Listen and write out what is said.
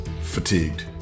fatigued